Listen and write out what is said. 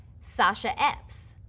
sasha epps,